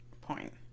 point